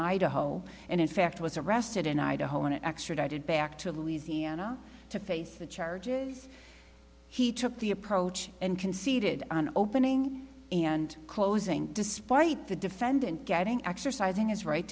idaho and in fact was arrested in idaho and extradited back to louisiana to face the charges he took the approach and conceded on opening and closing despite the defendant getting exercising his right